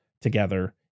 together